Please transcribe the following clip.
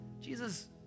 Jesus